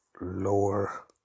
lower